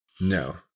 No